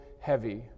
heavy